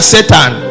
Satan